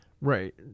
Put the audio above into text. Right